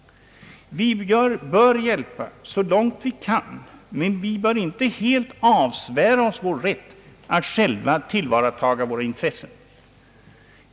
Vi bör hjälpa så långt vi kan, men vi bör inte helt avsvära oss vår rätt att själva tillvarataga våra intressen.